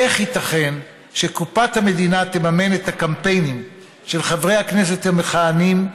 איך ייתכן שקופת המדינה תממן את הקמפיינים של חברי הכנסת המכהנים,